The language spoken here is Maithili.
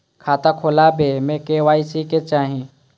खाता खोला बे में के.वाई.सी के चाहि?